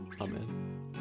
Amen